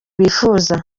bifuza